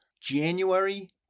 January